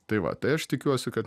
tai va tai aš tikiuosi kad